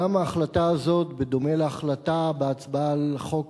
גם ההחלטה הזאת, בדומה להחלטה בהצבעה על חוק